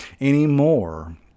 anymore